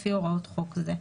לפי הוראות חוק זה".